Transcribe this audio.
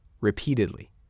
repeatedly